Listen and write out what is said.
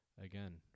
again